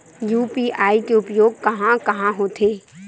UPI के उपयोग कहां कहा होथे?